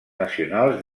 nacionals